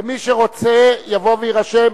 מי שרוצה, יבוא ויירשם.